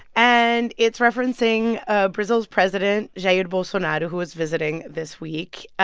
and it's referencing ah brazil's president, jair bolsonaro, who is visiting this week,